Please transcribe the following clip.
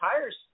tires